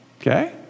Okay